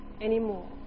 anymore